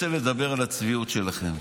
אני רוצה לדבר על הצביעות שלכם.